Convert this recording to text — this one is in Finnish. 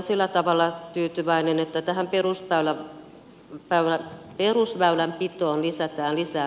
olen siihen tyytyväinen että tähän perusväylänpitoon lisätään määrärahoja